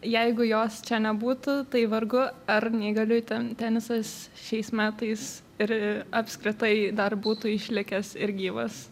jeigu jos čia nebūtų tai vargu ar neįgaliųjų ten tenisas šiais metais ir apskritai dar būtų išlikęs ir gyvas